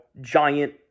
giant